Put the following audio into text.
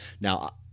Now